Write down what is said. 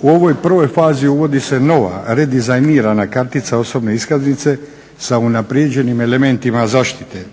U ovoj prvoj fazi uvodi se nova redizajnirana kartica osobne iskaznice sa unaprijeđenim elementima zaštite.